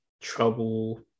trouble